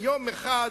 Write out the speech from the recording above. ביום אחד,